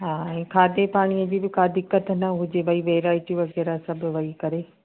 हा हे खाधे पाणीअ जी बि का दिक़तु न हुजे भाई वैरायटियूं वग़ैरह सभु वेही करे